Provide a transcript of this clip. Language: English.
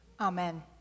Amen